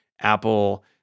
Apple